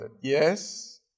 Yes